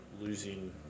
losing